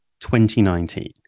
2019